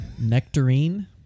Nectarine